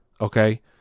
okay